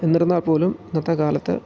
എന്നിരുന്നാൽ പോലും ഇന്നത്തെ കാലത്ത്